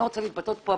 אני רוצה להתבטא פה,